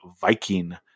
viking